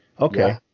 Okay